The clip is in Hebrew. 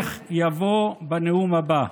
המשך יבוא בנאום הבא.